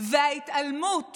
וההתעלמות